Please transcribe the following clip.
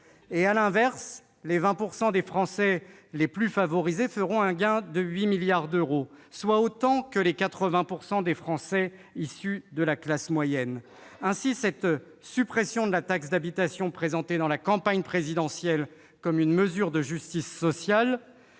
! À l'inverse, les 20 % de Français les plus favorisés feront un gain de 8 milliards d'euros, soit autant que les 80 % des Français appartenant à la classe moyenne. Ainsi, la suppression de la taxe d'habitation, présentée lors de la campagne présidentielle comme une mesure de justice sociale,